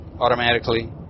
automatically